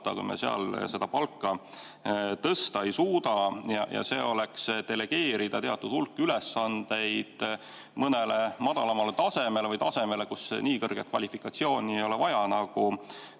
kui me seal palka tõsta ei suuda, ja see oleks delegeerida teatud hulk ülesandeid mõnele madalamale tasemele või tasemele, kus nii kõrget kvalifikatsiooni ei ole vaja, nagu